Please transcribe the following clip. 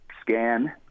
scan